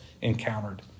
encountered